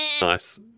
Nice